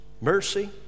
Mercy